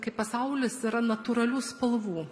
kai pasaulis yra natūralių spalvų